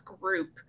group